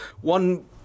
one